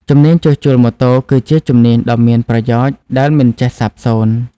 ជំនាញជួសជុលម៉ូតូគឺជាជំនាញដ៏មានប្រយោជន៍ដែលមិនចេះសាបសូន្យ។